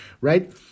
right